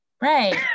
Right